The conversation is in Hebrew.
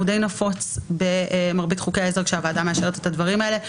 הוא די נפוץ במרבית חוקי עזר כשהוועדה מאשרת את הדברים האלה.